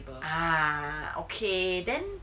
ah okay